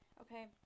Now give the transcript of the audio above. Okay